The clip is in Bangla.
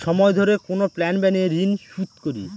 সময় ধরে কোনো প্ল্যান বানিয়ে ঋন শুধ করি